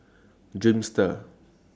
Dreamster